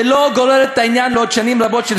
ולא גוררת את העניין לעוד שנים רבות של